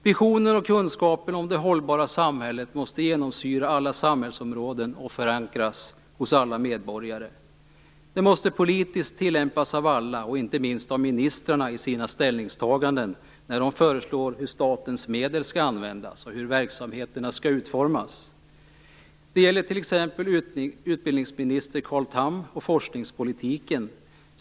Visionen och kunskapen om det hållbara samhället måste genomsyra alla samhällsområden och förankras hos alla medborgare. Det måste politiskt tillämpas av alla, inte minst av ministrarna i sina ställningstaganden när de föreslår hur statens medel skall användas och hur verksamheterna skall utformas. Det gäller t.ex. utbildningsminister Carl Tham och forskningspolitiken.